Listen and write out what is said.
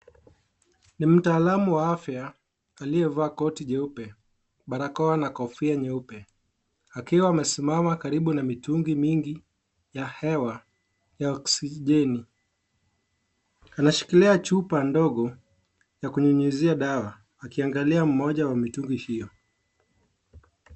Ni mtaalamu wa afya, aliyevaa koti jeupe, balakoa na kofia nyeupe. Akiwa amesimama karibu na mitungi mingi ya hewa ya oksijeni. Anashikilia chupa ndogo, ya kunyunyuzia dawa. Akiangalia mmoja ya mtungi hiyo.